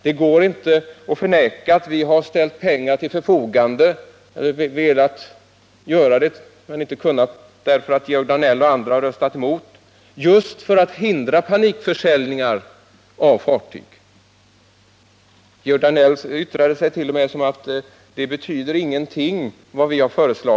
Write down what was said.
Det går inte att förneka att vi har velat ställa pengar till förfogande — men inte kunnat göra det, därför att Georg Danell och andra har röstat emot förslaget — just för att hindra panikförsäljningar av fartyg. Georg Danell yttrade sig t.o.m. som om det som vi har föreslagit inte skulle betyda någonting.